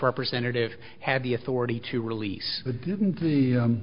representative have the authority to release